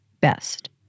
best